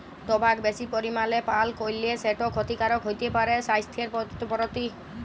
টবাক বেশি পরিমালে পাল করলে সেট খ্যতিকারক হ্যতে পারে স্বাইসথের পরতি